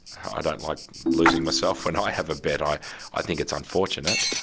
i don't like losing myself when i have a bet. i i think it's unfortunate.